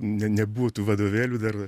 ne nebuvo tų vadovėlių dar